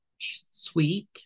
sweet